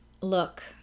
look